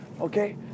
okay